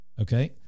okay